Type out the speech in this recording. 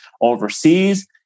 overseas